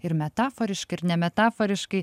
ir metaforiški ir nemetaforiškai